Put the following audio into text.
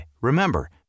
remember